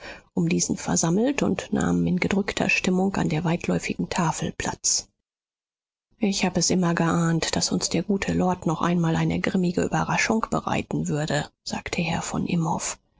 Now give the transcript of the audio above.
um diesen versammelt und nahmen in gedrückter stimmung an der weitläufigen tafel platz ich hab es immer geahnt daß uns der gute lord noch einmal eine grimmige überraschung bereiten würde sagte herr von imhoff was